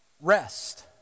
rest